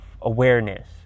awareness